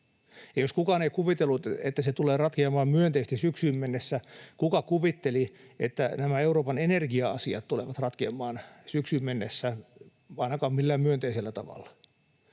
kukaan ei kuvitellut, että se tulee ratkeamaan myönteisesti syksyyn mennessä, niin kuka kuvitteli, että nämä Euroopan energia-asiat tulevat ratkeamaan syksyyn mennessä ainakaan millään myönteisellä tavalla?